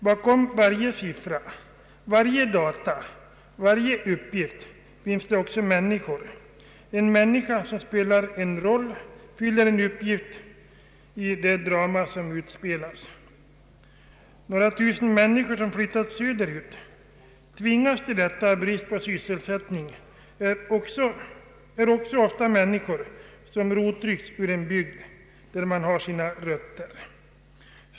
Bakom alla siffror, alla data och alla uppgifter finns det också människor — människor som spelar en roll och fyller en uppgift i det drama som utspelas. Några tusen människor som flyttat söderut tvingas till detta på grund av brist på sysselsättning, och de är också ofta människor som ryckts loss ur en bygd där de har sina rötter.